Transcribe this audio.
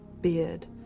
beard